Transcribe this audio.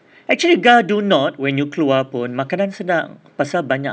actually gare du nord when you keluar pun makanan sedap pasal banyak